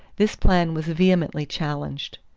this plan was vehemently challenged.